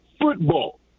football